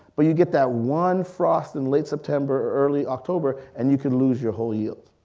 but you get that one frost in late september or early october, and you could lose your whole yield.